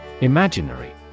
Imaginary